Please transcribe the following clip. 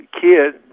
kid